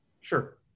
Sure